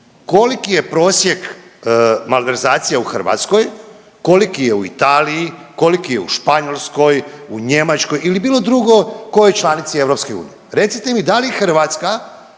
koliki je prosjek malverzacija u Hrvatskoj, koliki je u Italiji, koliki je u Španjolskoj, u Njemačkoj ili bilo drugo kojoj članici EU, recite mi da li Hrvatska